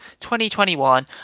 2021